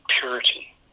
purity